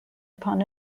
upon